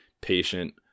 patient